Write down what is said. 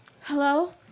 Hello